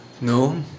No